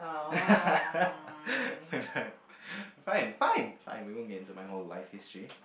fine fine fine fine fine we won't get into my whole life history